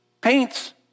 paints